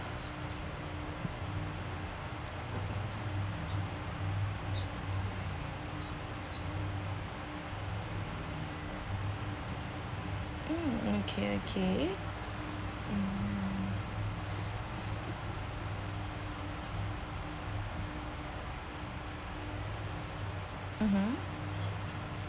mm okay okay mmhmm